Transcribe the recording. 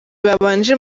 babanje